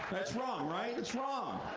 that's wrong, right? it's wrong.